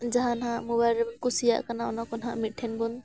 ᱡᱟᱦᱟᱸ ᱱᱟᱜ ᱢᱳᱵᱟᱭᱤᱞ ᱨᱮᱵᱚᱱ ᱠᱩᱥᱤᱭᱟᱜ ᱠᱟᱱᱟ ᱚᱱᱟ ᱠᱚ ᱱᱟᱦᱟᱜ ᱢᱤᱫᱴᱷᱮᱱ ᱵᱚᱱ